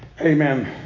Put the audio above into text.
Amen